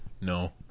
No